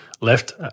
left